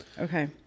Okay